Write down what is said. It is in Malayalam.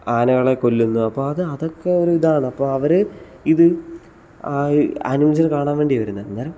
ആനകളെ കൊല്ലുന്നു അപ്പോൾ അത് അതൊക്കെ ഒരിതാണ് അപ്പോൾ അവർ ഇത് അ ആനിമൽസിനെ കാണാൻ വേണ്ടിയാണ് വരുന്നത് അന്നേരം